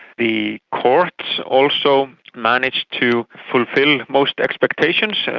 the courts also managed to fulfil most expectations.